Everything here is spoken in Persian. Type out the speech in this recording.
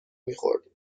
میخوردیم